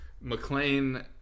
McLean